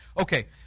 Okay